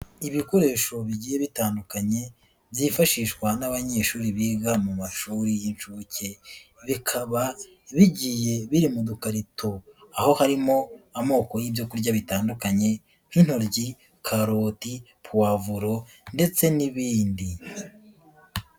Ibikoresho bigiye bitandukanye byifashishwa n'abanyeshuri biga mu mashuri y'inshuke, bikaba bigiye biri mu dukarito, aho harimo amoko y'ibyo kurya bitandukanye, nk'intoryi, karoti, puwavuro ndetse n'ibindi.